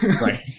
Right